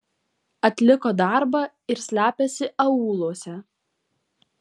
atliko darbą ir slepiasi aūluose